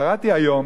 קראתי היום